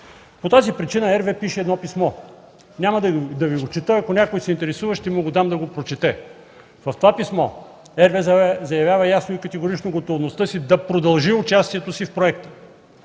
По тази причина RWE пише едно писмо. Няма да Ви го чета – ако някой се интересува, ще му го дам да го прочете. В това писмо RWE заявява ясно и категорично готовността си да продължи участието си в проекта.